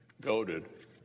goaded